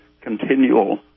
continual